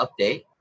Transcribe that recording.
update